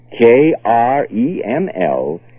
K-R-E-M-L